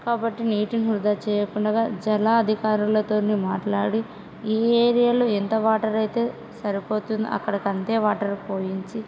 కాబట్టి నీటిని వృధా చేయకుండాగ జలా అధికారులతోని మాట్లాడి ఈ ఏరియాలో ఎంత వాటర్ అయితే సరిపోతుంది అక్కడికంతే వాటర్ పోయించి